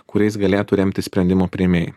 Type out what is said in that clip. kuriais galėtų remtis sprendimų priėmėjai